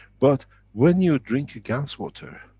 but when you drink gans water,